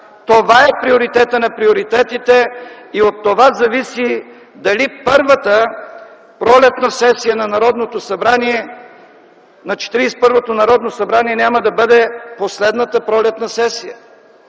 Това е приоритетът на приоритетите и от това зависи дали първата пролетна сесия на Народното събрание, на 41-то Народно събрание няма да бъде последната пролетна сесия.